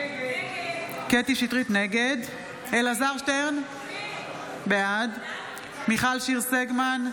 נגד אלעזר שטרן, בעד מיכל שיר סגמן,